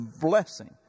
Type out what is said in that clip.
blessing